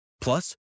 Plus